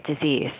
disease